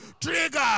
trigger